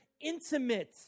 intimate